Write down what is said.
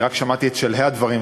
אני רק שמעתי את שלהי הדברים.